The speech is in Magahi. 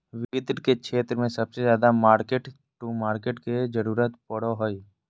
वित्त के क्षेत्र मे सबसे ज्यादा मार्किट टू मार्केट के जरूरत पड़ो हय